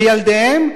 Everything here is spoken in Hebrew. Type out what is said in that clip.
וילדיהם,